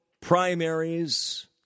primaries